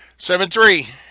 seventy three,